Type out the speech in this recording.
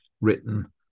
written